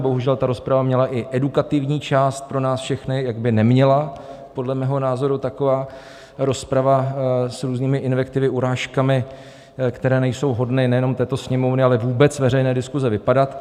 Bohužel ta rozprava měla i edukativní část pro nás všechny, jak by neměla podle mého názoru taková rozprava s různými invektivami, urážkami, které nejsou hodny nejenom této Sněmovny, ale vůbec veřejné diskuse, vypadat.